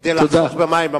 כדי לחסוך במים.